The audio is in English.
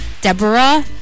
Deborah